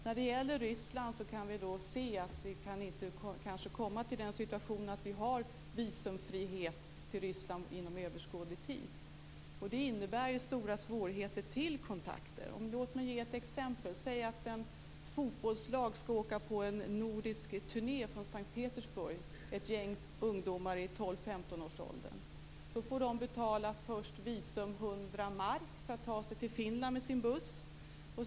När det gäller Ryssland kan vi se att det kanske inte går att komma till den situationen att vi har visumfrihet inom överskådlig tid. Det innebär ju stora svårigheter i fråga om kontakter. Låt mig ge ett exempel. Säg att ett fotbollslag från S:t Petersburg skall åka på en nordisk turné. Det kan vara ett gäng ungdomar i 12-15-årsåldern. Då får de först betala visum på 100 mark för att ta sig till Finland med sin buss.